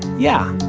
yeah,